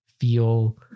feel